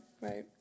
Right